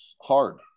hard